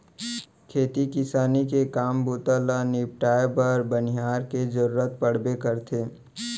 खेती किसानी के काम बूता ल निपटाए बर बनिहार के जरूरत पड़बे करथे